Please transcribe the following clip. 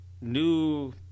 new